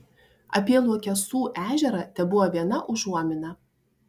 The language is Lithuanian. apie luokesų ežerą tebuvo viena užuomina